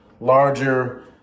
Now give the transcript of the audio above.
larger